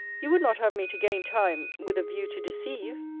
you would not have me to gain time, with a view to deceive!